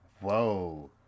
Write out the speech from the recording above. Whoa